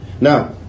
Now